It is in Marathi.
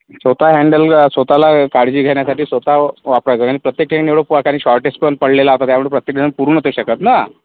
स्वत हॅण्डल स्वत ला काळजी घेण्यासाठी स्वत वापरायचं आणि प्रत्येक ठिकाणी एवढं कारण शॉर्टेज पण पडलेलं होतं त्यावेळी प्रत्येकजण ते पुरु नव्हते शकत ना